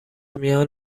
میان